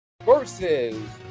versus